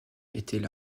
étaient